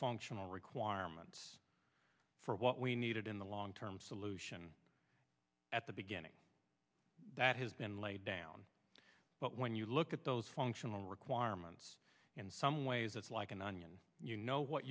functional requirements for what we needed in the long term solution at the beginning that has been laid down but when you look at those functional requirements in some ways it's like an onion you know what